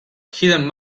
hidden